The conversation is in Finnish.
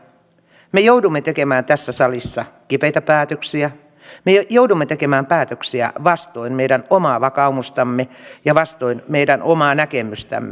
me joudumme tekemään tässä salissa kipeitä päätöksiä me joudumme tekemään päätöksiä vastoin meidän omaa vakaumustamme ja vastoin meidän omaa näkemystämme